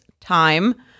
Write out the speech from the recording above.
time